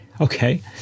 Okay